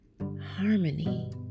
harmony